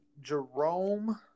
Jerome